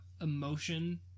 emotion